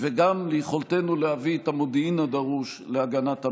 וגם ליכולתנו להביא את המודיעין הדרוש להגנת המדינה.